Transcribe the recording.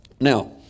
Now